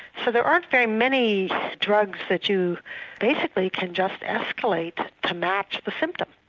so there aren't very many drugs that you basically can just escalate to match the symptom,